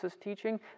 teaching